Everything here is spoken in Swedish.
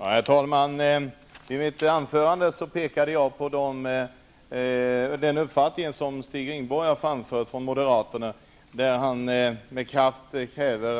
Herr talman! I mitt anförande pekade jag på den uppfattning som Stig Rindborg från Moderaterna framförde. Han säger med kraft